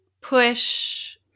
push